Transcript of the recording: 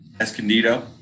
escondido